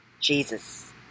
Jesus